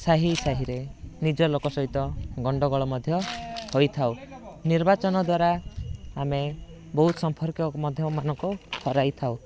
ସାହି ସାହିରେ ନିଜ ଲୋକ ସହିତ ଗଣ୍ଡଗୋଳ ମଧ୍ୟ ହୋଇଥାଉ ନିର୍ବାଚନ ଦ୍ଵାରା ଆମେ ବହୁତ ସମ୍ପର୍କୀୟ ମଧ୍ୟ ମାନଙ୍କୁ ହରାଇଥାଉ